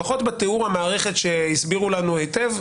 לפחות בתיאור המערכת שהסבירו לנו היטב,